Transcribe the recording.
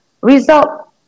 result